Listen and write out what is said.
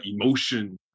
emotion